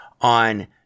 on